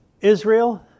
Israel